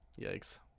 yikes